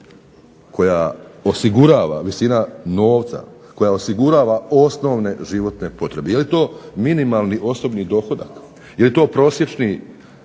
koja osigurava, visina novca koja osigurava osnovne životne potrebe. Je li to minimalni osobni dohodak? Je li to prosječna